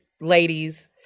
ladies